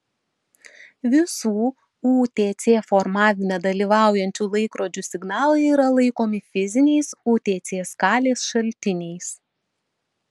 visų utc formavime dalyvaujančių laikrodžių signalai yra laikomi fiziniais utc skalės šaltiniais